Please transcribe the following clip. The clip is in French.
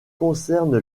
concerne